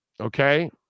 okay